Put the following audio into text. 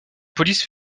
police